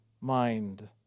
mind